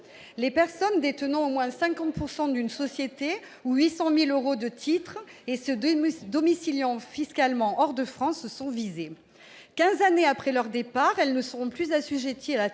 Les personnes détenant au moins 50 % d'une société ou 800 000 euros de titres et se domiciliant fiscalement hors de France sont visées. Quinze années après leur départ, elles ne seront plus assujetties à la taxe.